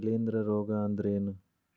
ಶಿಲೇಂಧ್ರ ರೋಗಾ ಅಂದ್ರ ಏನ್?